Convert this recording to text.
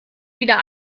wieder